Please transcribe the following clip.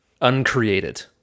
Uncreated